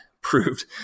proved